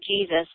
Jesus